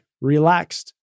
relaxed